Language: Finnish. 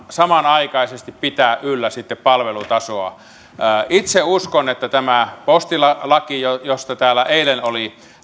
samanaikaisesti pitää yllä sitten palvelutasoa itse uskon että tämä postilaki josta täällä eilen oli